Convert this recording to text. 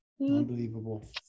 Unbelievable